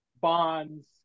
Bond's